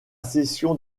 session